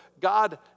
God